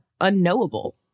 unknowable